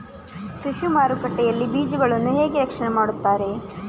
ಕೃಷಿ ಮಾರುಕಟ್ಟೆ ಯಲ್ಲಿ ಬೀಜಗಳನ್ನು ಹೇಗೆ ರಕ್ಷಣೆ ಮಾಡ್ತಾರೆ?